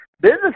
Business